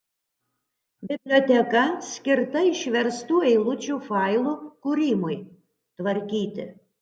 biblioteka skirta išverstų eilučių failų kūrimui tvarkyti